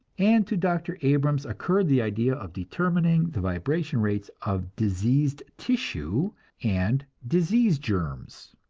and to dr. abrams occurred the idea of determining the vibration rates of diseased tissue and disease germs.